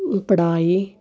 ਪੜ੍ਹਾਈ